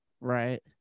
Right